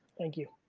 thank you.